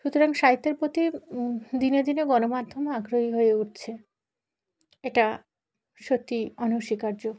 সুতরাং সাহিত্যের প্রতি দিনে দিনে গণমাধ্যমও আগ্রহী হয়ে উঠছে এটা সত্যি অনস্বীকার্য